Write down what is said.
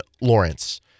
Lawrence